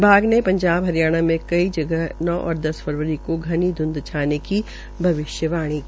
विभाग ने पंध ाब हरियाणा में कई भ गह नौ और दस फरवरी को घनी ध्ंध छाने की भविष्यवाणी भी की है